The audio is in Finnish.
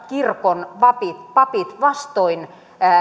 kirkon papit papit vastoin